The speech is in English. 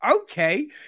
okay